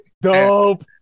Dope